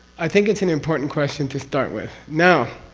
i think it's an important question to start with. now.